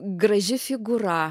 graži figūra